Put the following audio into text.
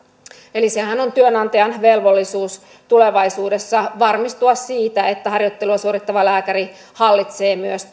eli työnantajan velvollisuushan on tulevaisuudessa varmistua siitä että harjoittelua suorittava lääkäri hallitsee myös